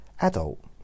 adult